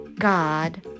God